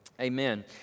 Amen